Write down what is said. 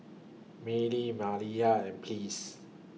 Mylie Maliyah and Pleas